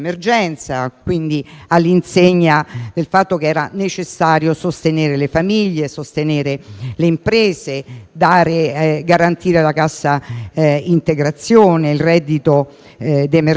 urgenza, all'insegna del fatto che era necessario sostenere le famiglie, le imprese, garantire la cassa integrazione e il reddito d'emergenza.